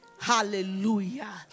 Hallelujah